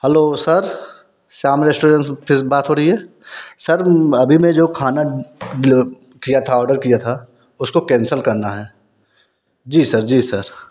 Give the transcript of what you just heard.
hello sir Shyam restaurant पे बात हो रही है सर अभी मैं जो खाना डिलो किया था आर्डर किया था उसको केंसल करना है जी सर जी सर